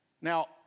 Now